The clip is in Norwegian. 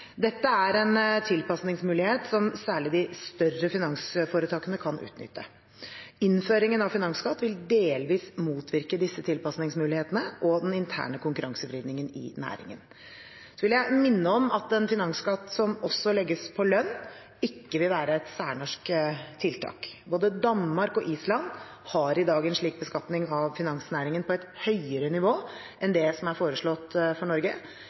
Dette er en tilpasningsmulighet som særlig de større finansforetakene kan utnytte. Innføringen av finansskatt vil delvis motvirke disse tilpasningsmulighetene og den interne konkurransevridningen i næringen. Så vil jeg minne om at en finansskatt som også legges på lønn, ikke vil være et særnorsk tiltak. Både Danmark og Island har i dag en slik beskatning av finansnæringen på et høyere nivå enn det som er foreslått for Norge,